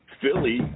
Philly